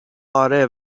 آره